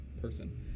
person